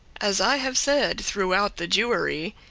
as i have said, throughout the jewery,